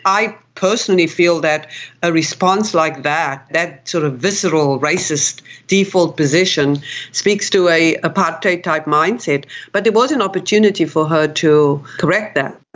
i personally feel that a response like that, that sort of visceral racist default position speaks to an apartheid ah mindset but there was an opportunity for her to correct that.